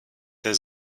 der